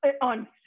on